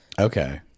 Okay